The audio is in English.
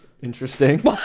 Interesting